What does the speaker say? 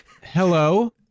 Hello